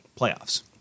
playoffs